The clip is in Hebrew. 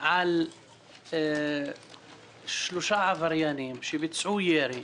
על שלושה עבריינים שביצעו ירי,